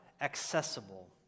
accessible